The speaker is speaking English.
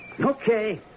Okay